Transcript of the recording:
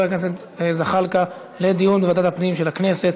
הכנסת זחאלקה לוועדת הפנים של הכנסת.